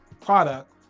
product